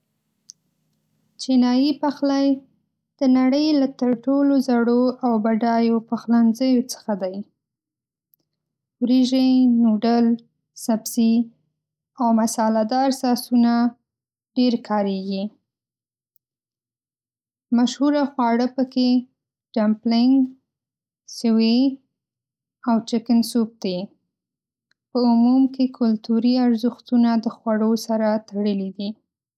چینايي پخلی د نړۍ له تر ټولو زړو او بډایو پخلنځیو څخه دی. وریژې، نوډل، سبزي، او مساله‌دار ساسونه ډېر کارېږي. مشهوره خواړه پکې ډمپلینګ، سوي، او چکن‌سوپ دي. په عموم کې کلتوري ارزښتونه د خوړو سره تړلي دي.